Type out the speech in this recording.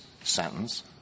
sentence